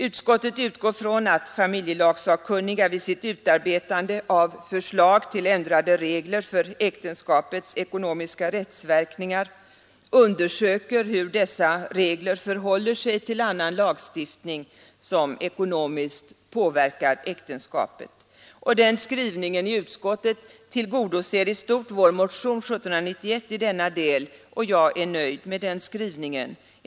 Utskottet utgår från att familjelagsakkunniga vid sitt utarbetande av förslag till ändrade regler för äktenskapets ekonomiska rättsverkningar undersöker hur dessa regler förhåller sig till annan lagstiftning som ekonomiskt påverkar äktenskapet. Den skrivningen i betänkandet tillgodoser i stort vår motion 1791 i denna del, och jag är nöjd med den skrivningen.